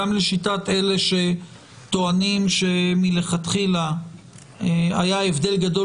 גם לשיטת אלה שטוענים שמלכתחילה היה הבדל גדול